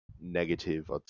negative